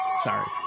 sorry